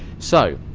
so,